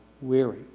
weary